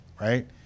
right